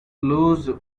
lose